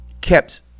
Kept